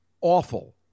awful